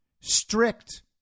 strict